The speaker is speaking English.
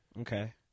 Okay